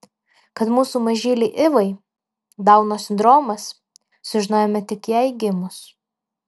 kad mūsų mažylei ivai dauno sindromas sužinojome tik jai gimus